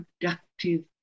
productive